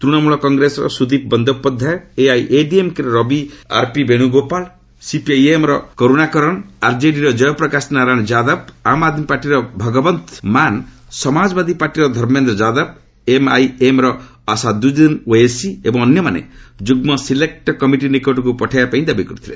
ତୂଣମୂଳ କଗ୍ରେସର ସୁଦୀପ୍ ବନ୍ଦୋପାଧ୍ୟାୟ ଏଆଇଏଡିଏମ୍କେ ର P Venugopal CPIM ର ପି କରୁଣାକରନ୍ ଆର୍ଜେଡି ର ଜୟପ୍ରକାଶ ନାରାୟଣ ଯାଦବ ଆମ୍ଆଦ୍ମୀ ପାର୍ଟିର ଭଗବନ୍ତ ମାନ୍ ସମାଜବାଦୀ ପାର୍ଟିର ଧର୍ମେନ୍ଦ୍ର ଯାଦବ ଏମ୍ଆଇଏମ୍ ର ଅସାଦୁନ୍ଦିନ୍ ଓଓ୍ପିସି ଏବଂ ଅନ୍ୟମାନେ ଯୁଗ୍ମ ଚୟନ କମିଟି ନିକଟକୁ ପଠାଇବା ପାଇଁ ଦାବି କରିଥିଲେ